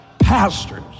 pastors